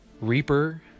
reaper